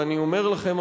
ואני אומר לכם,